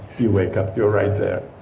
you wake up, you're right there.